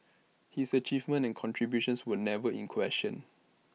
his achievements and contributions would never in question